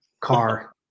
car